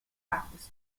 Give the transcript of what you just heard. practiced